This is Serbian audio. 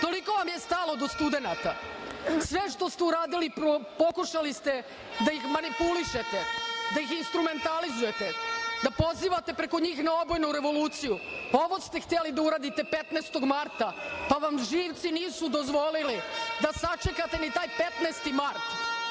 Toliko vam je stalo do studenata? Sve što ste uradili, pokušali ste da ih manipulišete, da ih instrumentalizujete, da pozivate preko njih na obojenu revoluciju. Pa, ovo ste hteli da uradite 15. marta, pa vam živci nisu dozvolili da sačekate ni taj 15. mart.